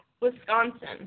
Wisconsin